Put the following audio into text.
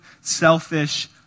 selfish